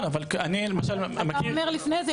אתה אומר לפני זה,